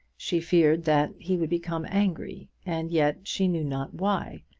she feared that he would become angry, and yet she knew not why.